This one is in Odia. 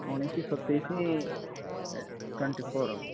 ଉଣେଇଶି ସତେଇଶି ଟୋଣ୍ଟି ଫୋର୍